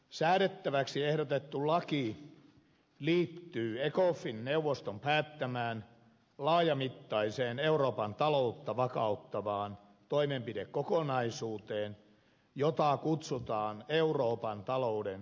säädettäväksi ehdotettu laki liittyy ecofin neuvoston päättämään laajamittaiseen euroopan taloutta vakauttavaan toimenpidekokonaisuuteen jota kutsutaan euroopan talouden vakautusmekanismiksi